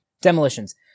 Demolitions